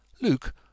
Luke